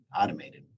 automated